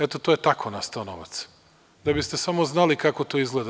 Eto, to je tako nastao novac, da biste samo znali kako to izgleda.